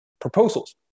proposals